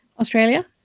australia